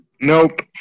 Nope